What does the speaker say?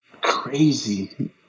crazy